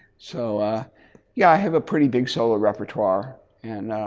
so ah yeah i have a pretty big solo repertoire and